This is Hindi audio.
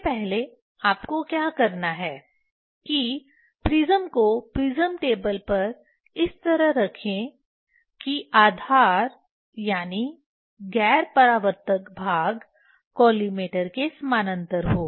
सबसे पहले आपको क्या करना है कि प्रिज़्म को प्रिज़्म टेबल पर इस तरह रखें कि आधार यानी गैर परावर्तक भाग कॉलिमेटर के समानांतर हो